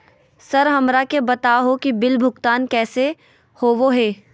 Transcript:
Sir हमरा के बता हो कि बिल भुगतान कैसे होबो है?